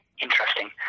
interesting